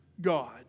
God